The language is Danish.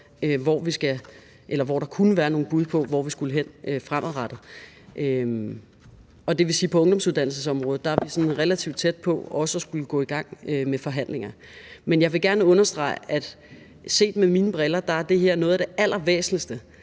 sig og komme med nogle bud på, hvor vi skulle hen fremadrettet. Det vil sige, at på ungdomsuddannelsesområdet er vi relativt tæt på også at skulle gå i gang med forhandlinger. Kl. 10:25 Men jeg vil gerne understrege, at set med mine briller er det her noget af det allervæsentligste,